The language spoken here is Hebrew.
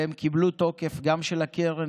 והם קיבלו תוקף גם של הקרן,